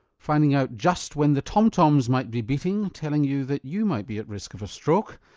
finding out just when the tom-toms might be beating telling you that you might be at risk of a stroke.